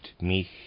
mich